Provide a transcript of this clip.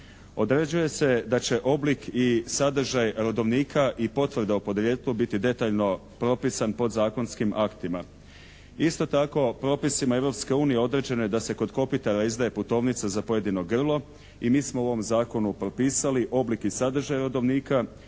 Određuje se da će oblik i sadržaj rodovnika i potvrda o podrijetlu biti detaljno propisan podzakonskim aktima. Isto tako propisima Europske unije određeno je da se kod kopitara izdaje putovnica za pojedino grlo i mi smo u ovom zakonu propisali oblik i sadržaj rodovnika,